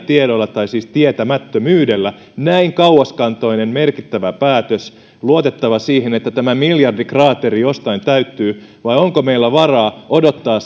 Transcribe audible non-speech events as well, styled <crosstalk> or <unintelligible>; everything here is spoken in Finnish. <unintelligible> tiedoilla tai siis tietämättömyydellä näin kauaskantoinen merkittävä päätös luotettava siihen että tämä miljardikraateri jostain täyttyy vai onko meillä varaa odottaa <unintelligible>